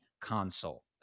console